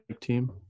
team